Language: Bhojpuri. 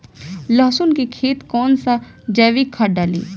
लहसुन के खेत कौन सा जैविक खाद डाली?